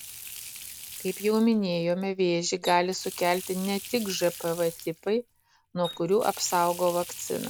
kaip jau minėjome vėžį gali sukelti ne tik žpv tipai nuo kurių apsaugo vakcina